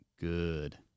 good